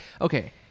okay